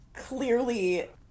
clearly